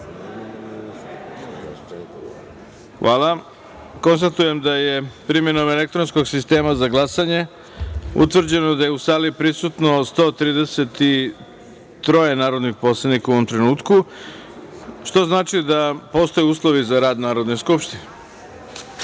jedinice. Konstatujem da je, primenom elektronskog sistema za glasanje, utvrđeno da je u sali prisutno 133 narodnih poslanika u ovom trenutku, što znači da postoje uslovi za rad Narodne skupštine. Kao